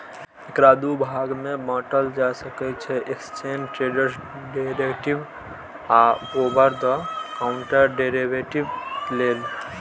एकरा दू भाग मे बांटल जा सकै छै, एक्सचेंड ट्रेडेड डेरिवेटिव आ ओवर द काउंटर डेरेवेटिव लेल